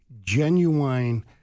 genuine